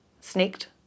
sneaked